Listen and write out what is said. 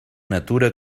natura